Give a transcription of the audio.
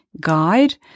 guide